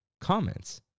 comments